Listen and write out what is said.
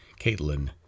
Caitlin